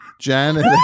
Janet